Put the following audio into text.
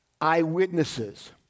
eyewitnesses